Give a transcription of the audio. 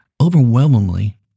Overwhelmingly